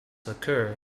occur